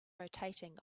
rotating